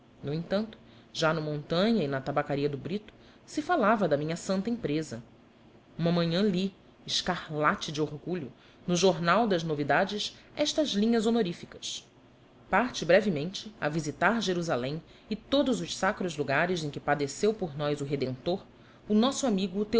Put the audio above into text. no entanto já no montanha e na tabacaria do brito se falava da minha santa empresa uma manhã li escarlate de orgulho no jornal das novidades estas linhas honoríficas parte brevemente a visitar jerusalém e todos os sacros lugares em que padeceu por nós o redentor o nosso amigo